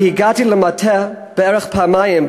אני הגעתי למטה בערך פעמיים,